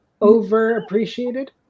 over-appreciated